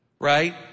right